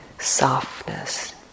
softness